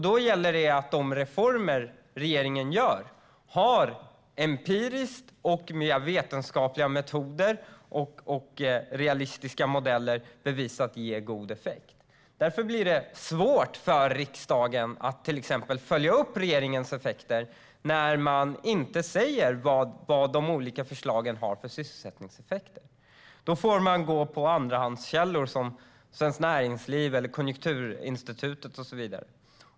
Då gäller det att de reformer regeringen gör har empiriskt, via vetenskapliga metoder och med realistiska modeller bevisats ge god effekt. Det blir svårt för riksdagen att till exempel följa upp regeringens effekter när regeringen inte säger vad de olika förslagen har för sysselsättningseffekter. Då får man gå på andrahandskällor som Svenskt Näringsliv, Konjunkturinstitutet och så vidare.